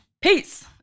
Peace